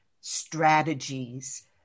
strategies